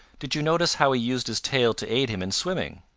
did you notice how he used his tail to aid him in swimming?